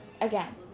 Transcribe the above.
again